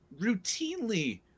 routinely